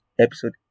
episode